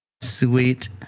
Sweet